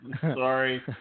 Sorry